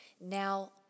Now